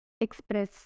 express